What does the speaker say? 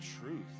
truth